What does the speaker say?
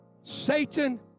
Satan